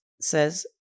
says